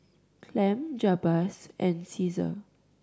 Clem Jabez and Ceasar